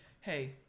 hey